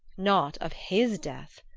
not of his death!